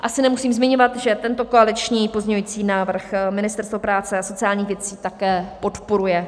Asi nemusím zmiňovat, že tento koaliční pozměňovací návrh Ministerstvo práce a sociálních věcí také podporuje.